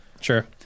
Sure